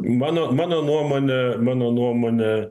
mano mano nuomone mano nuomone